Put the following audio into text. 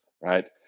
right